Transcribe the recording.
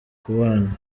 kubana